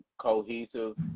cohesive